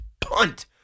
Punt